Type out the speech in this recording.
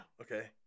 okay